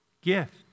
gift